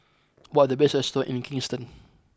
what are the best restaurants in Kingston